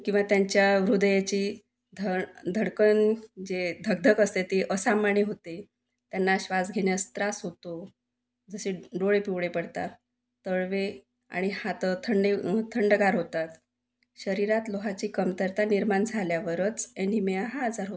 किंवा त्यांच्या हृदयाची धड धडकन जे धकधक असते ती असामान्य होते त्यांना श्वास घेण्यास त्रास होतो जसे डोळे पिवळे पडतात तळवे आणि हात थंडे थंडगार होतात शरीरात लोहाची कमतरता निर्माण झाल्यावरच ॲनिमिया हा आजार होतो